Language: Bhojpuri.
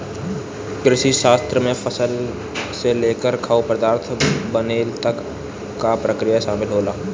कृषिशास्त्र में फसल से लेकर खाद्य पदार्थ बनले तक कअ प्रक्रिया शामिल होला